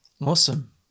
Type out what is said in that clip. Awesome